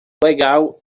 legal